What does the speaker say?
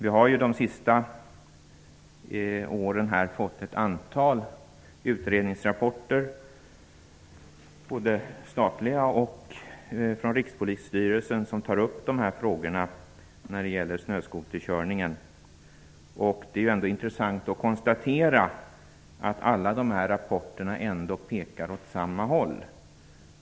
Under de senaste åren har vi fått ett antal statliga utredningsrapporter, bl.a. från Rikspolisstyrelsen, som tar upp frågorna om snöskoterkörningen. Det är intressant att konstatera att alla dessa rapporter pekar åt samma håll.